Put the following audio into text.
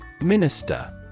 MINISTER